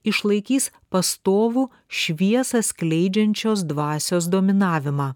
išlaikys pastovų šviesą skleidžiančios dvasios dominavimą